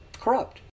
corrupt